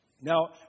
Now